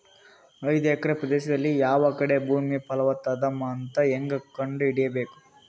ಐದು ಎಕರೆ ಪ್ರದೇಶದಲ್ಲಿ ಯಾವ ಕಡೆ ಭೂಮಿ ಫಲವತ ಅದ ಅಂತ ಹೇಂಗ ಕಂಡ ಹಿಡಿಯಬೇಕು?